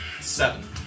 Seven